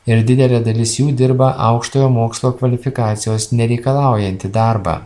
ir didelė dalis jų dirba aukštojo mokslo kvalifikacijos nereikalaujantį darbą